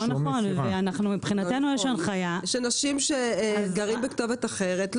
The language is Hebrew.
יש אנשים שגרים בכתובת אחרת,